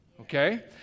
okay